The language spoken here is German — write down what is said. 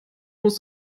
musst